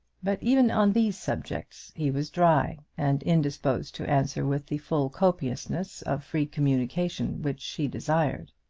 but even on these subjects he was dry, and indisposed to answer with the full copiousness of free communication which she desired.